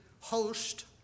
host